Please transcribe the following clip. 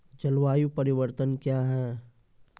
जलवायु परिवर्तन कया हैं?